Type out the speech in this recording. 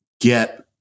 get